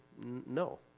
no